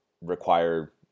require